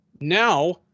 now